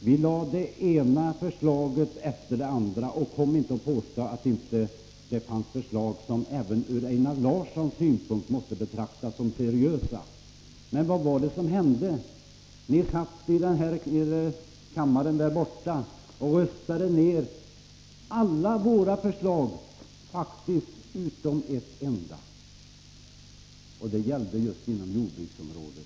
Vi framlade det ena förslaget efter det andra. Kom då inte och påstå att det inte fanns förslag som även från Einar Larssons synpunkt måste betraktas som seriösa. Men vad hände? Ni röstade faktiskt ner alla våra förslag, utom ett enda. Det gällde just jordbruksområdet.